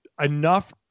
enough